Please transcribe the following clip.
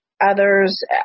others